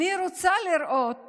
אני רוצה לראות